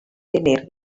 tener